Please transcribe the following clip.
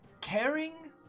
caring